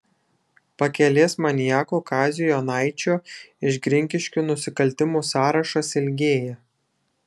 pakelės maniako kazio jonaičio iš grigiškių nusikaltimų sąrašas ilgėja